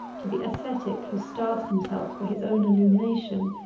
to the ascetic who starves himself for his own illumination,